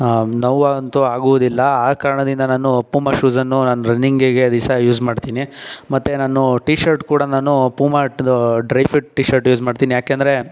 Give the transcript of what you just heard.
ನೋವಂತೂ ಆಗುವುದಿಲ್ಲ ಆ ಕಾರಣದಿಂದ ನಾನು ಪೂಮಾ ಶೂಸನ್ನು ನಾನು ರನ್ನಿಂಗ್ಗೆ ದಿವಸಾ ಯೂಸ್ ಮಾಡ್ತೀನಿ ಮತ್ತು ನಾನು ಟೀ ಶರ್ಟ್ ಕೂಡ ನಾನು ಪೂಮಾದು ಡ್ರೈಫಿಟ್ ಟೀ ಶರ್ಟ್ ಯೂಸ್ ಮಾಡ್ತೀನಿ ಯಾಕೆಂದರೆ